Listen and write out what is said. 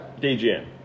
DGM